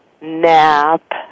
nap